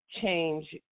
change